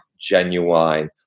genuine